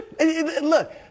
Look